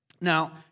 Now